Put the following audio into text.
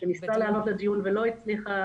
שניסתה לעלות לדיון ולא הצליחה,